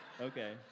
okay